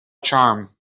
charm